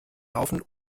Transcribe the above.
laufen